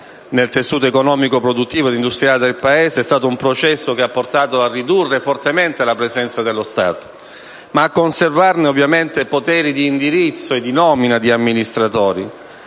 nel tessuto economico, produttivo e industriale del Paese ha portato a ridurre fortemente la presenza dello Stato, pur conservando questo poteri di indirizzo e di nomina degli amministratori.